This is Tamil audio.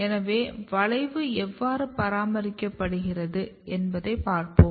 எனவே வளைவு எவ்வாறு பராமரிக்கப்படுகிறது என்பதை பார்ப்போம்